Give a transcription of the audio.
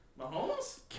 Mahomes